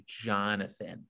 Jonathan